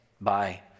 Bye